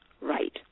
right